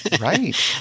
right